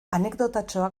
anekdotatxoa